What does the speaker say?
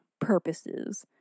purposes